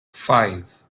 five